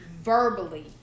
verbally